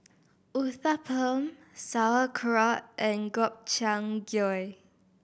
Uthapam Sauerkraut and Gobchang Gui